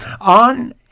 on